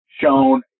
shown